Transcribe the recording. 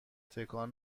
تکان